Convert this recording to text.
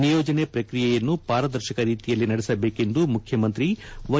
ನಿಯೋಜನೆ ಪ್ರಕ್ರಿಯೆಯನ್ನು ಪಾರದರ್ಶಕ ರೀತಿಯಲ್ಲಿ ನಡೆಸಬೇಕೆಂದು ಮುಖ್ಯಮಂತ್ರಿ ವೈ